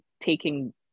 taking